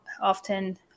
often